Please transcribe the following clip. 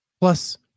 Plus